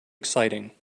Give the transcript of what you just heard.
exciting